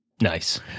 Nice